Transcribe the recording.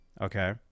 Okay